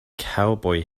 cowboy